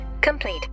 complete